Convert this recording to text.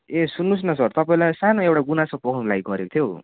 ए सुन्नु होस् न सर तपाईँलाई सानो एउटा गुनासो पोखाउनुको लागि गरेको थिएँ हो